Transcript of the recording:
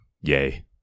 yay